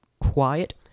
quiet